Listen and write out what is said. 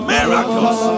Miracles